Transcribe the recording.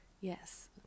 Yes